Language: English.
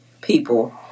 people